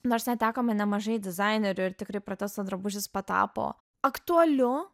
nors netekome nemažai dizainerių ir tikrai protesto drabužis patapo aktualiu